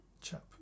chap